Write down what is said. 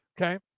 Okay